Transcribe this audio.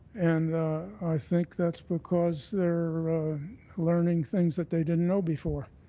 and i think that's because they're learning things that they didn't know before.